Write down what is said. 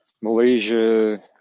Malaysia